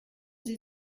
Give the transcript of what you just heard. sie